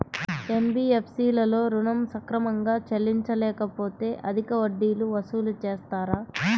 NBFC లలో ఋణం సక్రమంగా చెల్లించలేకపోతె అధిక వడ్డీలు వసూలు చేస్తారా?